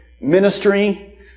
ministry